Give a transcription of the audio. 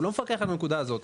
הוא לא מפקח על הנקודה הזאת.